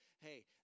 hey